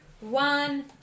one